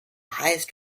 highest